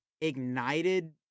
ignited